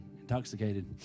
intoxicated